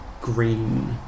green